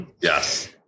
yes